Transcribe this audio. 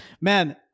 man